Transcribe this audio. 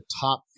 top